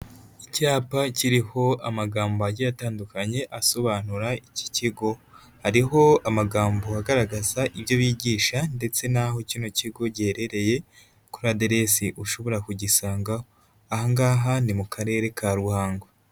Icyapa kiriho amagambo agiye atandukanye asobanura iki kigo, hariho amagambo agaragaza ibyo bigisha ndetse n'aho kino kigo giherereye kuri aderesi ushobora kugisangaho. Aha ngaha ni mu Karere ka Ruhango.